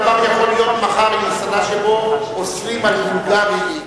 הדבר יכול להיות מחר במסעדה שבה אוסרים על בולגרי להיכנס,